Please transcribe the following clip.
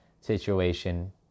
situation